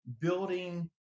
building